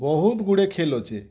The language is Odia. ବହୁତ୍ ଗୁଡ଼େ ଖେଲ୍ ଅଛି